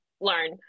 learn